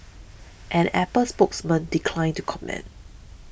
an Apple spokesman declined to comment